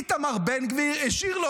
פיתמר בן גביר השאיר לו,